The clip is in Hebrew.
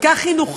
כל כך חינוכי,